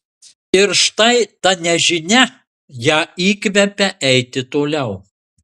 ir štai ta nežinia ją įkvepia eiti toliau